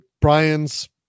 brian's